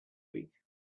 week